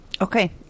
Okay